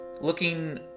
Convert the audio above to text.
looking